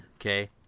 Okay